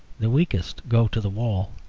the weakest go to the wall.